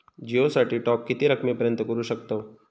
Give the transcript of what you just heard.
जिओ साठी टॉप किती रकमेपर्यंत करू शकतव?